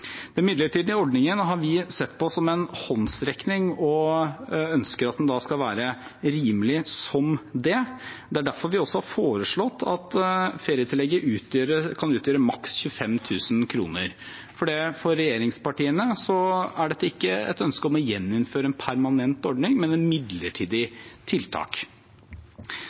Den midlertidige ordningen har vi sett på som en håndsrekning og ønsker at den skal være rimelig som det. Det er derfor vi også har foreslått at ferietillegget kan utgjøre maks 25 000 kr, for for regjeringspartiene er dette ikke et ønske om å gjeninnføre en permanent ordning, men et midlertidig tiltak.